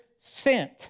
sent